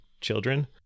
children